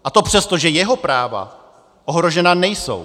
A to přesto, že jeho práva ohrožena nejsou.